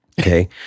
Okay